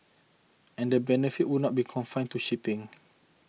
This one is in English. and the benefits would not be confined to shipping